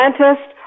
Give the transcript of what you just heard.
scientist